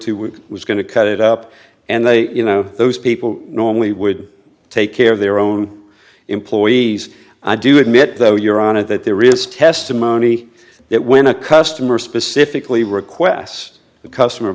was going to cut it up and they you know those people normally would take care of their own employees i do admit though you're on it that there is testimony that when a customer specifically requests the customer